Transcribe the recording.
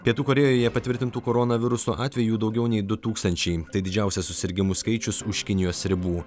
pietų korėjoje patvirtintų koronaviruso atvejų daugiau nei du tūkstančiai tai didžiausias susirgimų skaičius už kinijos ribų